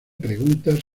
preguntas